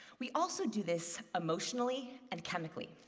we also do this emotionally and chemically.